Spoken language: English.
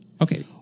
Okay